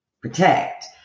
protect